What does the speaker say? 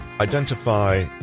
identify